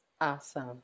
Awesome